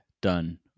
Done